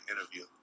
interview